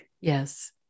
Yes